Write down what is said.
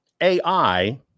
AI